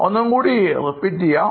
ഒന്നുംകൂടി ആവർത്തിക്കാം